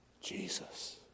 Jesus